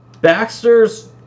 Baxter's